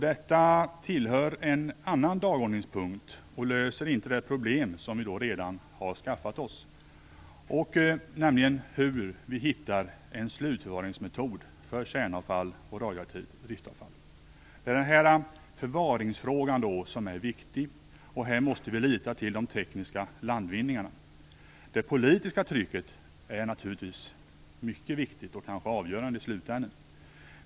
Detta tillhör dock en annan dagordningspunkt och löser inte det problem som vi då redan har skaffat oss: hur vi hittar en slutförvaringsmetod för kärnavfall och radioaktivt driftavfall. Det är förvaringsfrågan som är det viktiga. Här måste vi lita till tekniska landvinningar. Det politiska trycket är naturligtvis också mycket viktigt, i slutändan kanske avgörande.